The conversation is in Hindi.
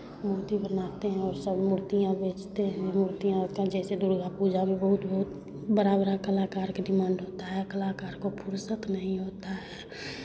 मूर्ति बनाते हैं और सब मूर्तियाँ बेचते हैं मूर्तियाँ होता है जैसे दुर्गा पूजा में बहुत बहुत बड़ा बड़ा कलाकार के डिमांड होता है कलाकार को फुर्सत नहीं होता है